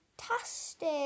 fantastic